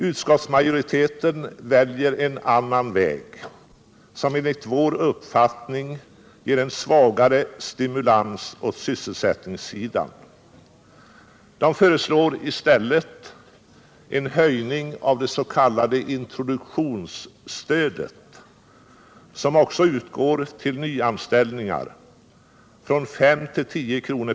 Utskottsmajoriteten väljer en annan väg, som enligt vår uppfattning ger en svagare stimulans åt sysselsättningssidan. Den föreslår i stället en höjning av det s.k. introduktionsstödet — som också utgår till nyanställningar — från 5 till 10 kr.